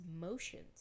motions